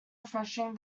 refreshing